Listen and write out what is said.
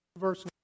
verse